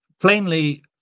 plainly